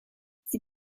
sie